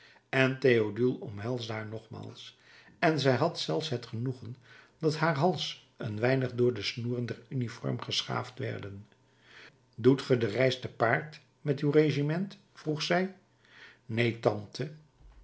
en théodule omhelsde haar nogmaals en zij had zelfs het genoegen dat haar hals een weinig door de snoeren der uniform geschaafd werd doet ge de reis te paard met uw regiment vroeg zij neen tante